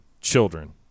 children